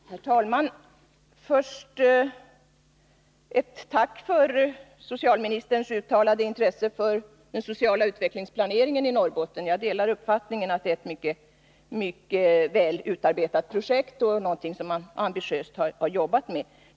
Herr talman! Först ett tack för socialminsterns uttalade intresse för den sociala utvecklingsplaneringen i Norrbotten. Jag delar uppfattningen att det är ett mycket väl utarbetat projekt, som man ambitiöst har jobbat med.